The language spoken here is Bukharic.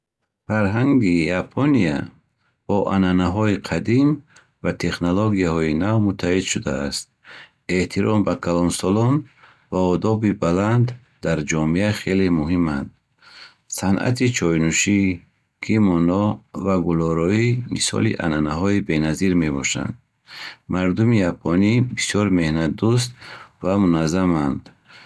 Фарҳанги Япония бо анъанаҳои қадим ва технологияҳои нав муттаҳид шудааст. Эҳтиром ба калонсолон ва одоби баланд дар ҷомеа хеле муҳиманд. Санъати чойнӯшӣ, кимоно ва гулороӣ мисоли анъанаҳои беназир мебошанд. Мардуми японӣ бисёр меҳнатдӯст ва муназзаманд.